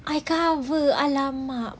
I cover I